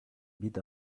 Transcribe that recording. bit